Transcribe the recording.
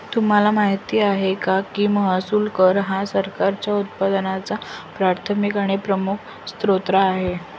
तुम्हाला माहिती आहे का की महसूल कर हा सरकारच्या उत्पन्नाचा प्राथमिक आणि प्रमुख स्त्रोत आहे